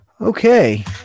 Okay